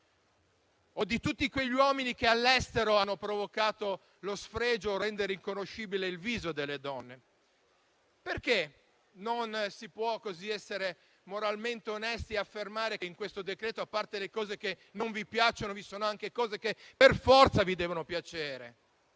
o di tutti quegli uomini che all'estero hanno provocato lo sfregio per rendere irriconoscibile il viso delle donne? Perché non si può essere moralmente onesti e affermare che in questo decreto, a parte le cose che non vi piacciono, ci sono anche cose che per forza vi devono piacere?